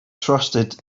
trusted